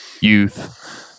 youth